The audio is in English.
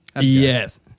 Yes